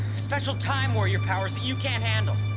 special time warrior powers that you can't handle.